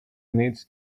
needs